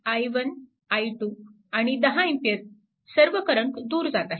परंतु i1 i2 आणि 10A सर्व करंट दूर जात आहेत